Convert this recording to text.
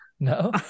No